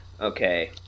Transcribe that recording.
Okay